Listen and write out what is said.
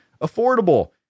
Affordable